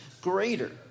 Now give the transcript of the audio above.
greater